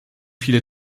viele